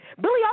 Billy